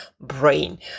brain